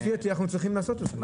לפי דעתי אנחנו צריכים לעשות את זה.